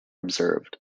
observed